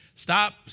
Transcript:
Stop